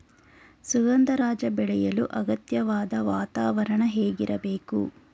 ಸುಗಂಧರಾಜ ಬೆಳೆಯಲು ಅಗತ್ಯವಾದ ವಾತಾವರಣ ಹೇಗಿರಬೇಕು?